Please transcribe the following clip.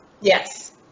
Yes